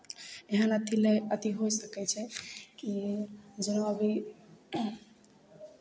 एहन अथि नहि अथि होय सकै छै कि जेना अभी